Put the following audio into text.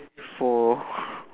four